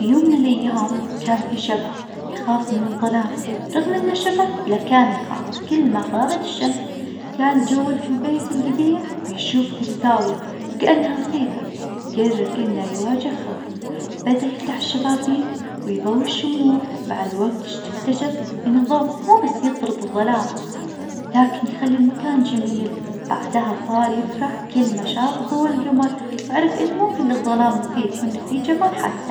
في يوم من الأيام كان في شبح يخاف من الظلام رغم إنه شبح لكان يخاف كل ما غابت الشمس. كان يتجول في البيت القديم بيشوف كل زاوية وكأنها مخيفة. قرر إنه يواجه خوفه بدأ يفتح الشبابيك ويظوي الشموع، مع الوقت اتش- اكتشف إن الظوء ما بس يطرد الظلام لكن يخلي المكان جميل، بعدها صار يفرح كل ما شاف ظوء القمر، وعرف إنه ممكن للظلام مخيف وإنه فيه جمال حتى.